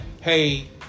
hey